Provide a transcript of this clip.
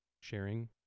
sharing